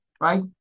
right